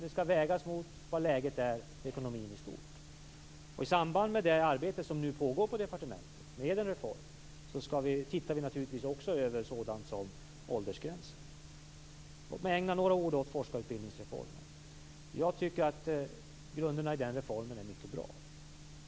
Det skall vägas mot hur läget är i ekonomin i stort. I samband med det arbete med en reform som nu pågår på departementet ser vi naturligtvis också över sådant som åldersgränser. Låt mig ägna några ord åt forskarutbildningsreformen. Jag tycker att grunderna i den reformen är mycket bra.